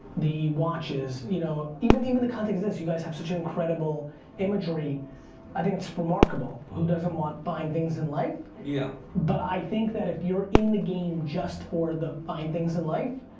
the watches, you know, even even the context of this you guys have such incredible imagery i think it's remarkable who doesn't want fine things in life yeah. but i think that if you're in the game just for the fine things in life,